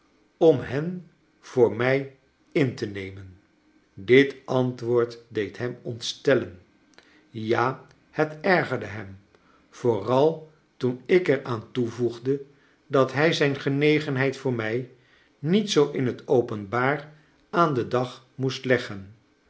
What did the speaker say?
om hen voor mij in te nemen dit antwoord deed hem ontstellen ja het ergerde hem vooral toen ik er aan toevoegde dat hij zijn genegenheid voor mij niet zoo in het openbaar aan den dag moest leggen